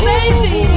Baby